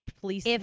police